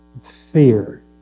fear